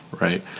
right